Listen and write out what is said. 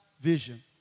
vision